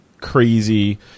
crazy